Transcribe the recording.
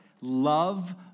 love